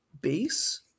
base